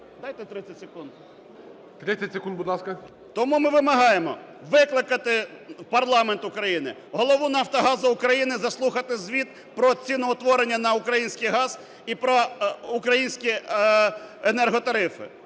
БОНДАР В.В. Тому ми вимагаємо викликати в парламент України голову "Нафтогазу України", заслухати звіт про ціноутворення на український газ і про українські енерготарифи.